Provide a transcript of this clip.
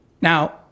now